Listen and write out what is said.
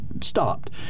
stopped